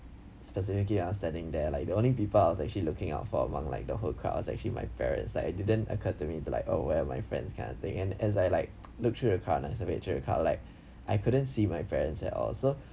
specifically I was standing there like the only people I was actually looking out for among like the whole crowd was actually my parents like it didn't occur to me to like oh where are my friends kind of thing and as I like look through the crowd and I say the crowd like I couldn't see my parents at all so